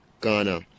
Ghana